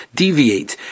deviate